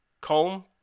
comb